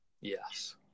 Yes